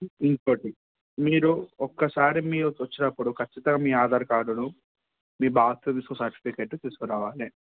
ఇంకొకటి మీరు ఒకసారి మీరి ఇక్కడికి వచ్చినప్పుడు ఖచ్చితంగా మీ ఆధార్ కార్డును మీ బాప్టిజం తీసుకున్న సర్టిఫికెట్ తీసుకురావాలి